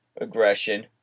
aggression